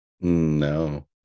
No